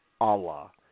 Allah